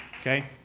Okay